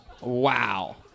Wow